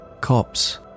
Cops